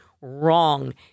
wrong